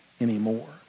anymore